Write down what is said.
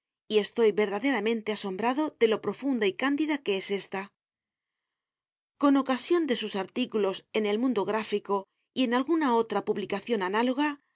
y estoy verdaderamente asombrado de lo profunda y cándida que es ésta con ocasión de sus artículos en el mundo gráfico y en alguna otra publicación análoga